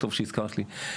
טוב שהזכרת לי.